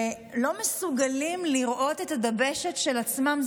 ולא מסוגלים לראות את הדבשת של עצמם.